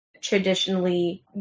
traditionally